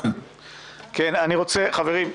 חברים,